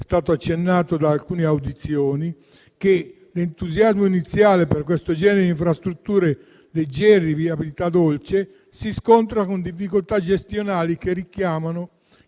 è accennato nel corso di alcune audizioni, ovvero che l'entusiasmo iniziale per questo genere di infrastrutture leggere, di viabilità dolce, si scontri con difficoltà gestionali che rischiano